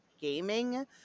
gaming